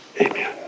Amen